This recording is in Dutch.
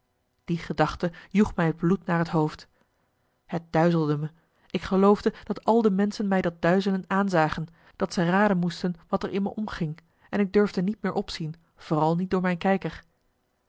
die gedachte joeg mij het bloed naar het hoofd het duizelde me ik geloofde dat al de menschen mij dat duizelen aanzagen dat ze raden moesten wat er in me omging en ik durfde niet meer op zien vooral niet door mijn kijker